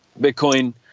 bitcoin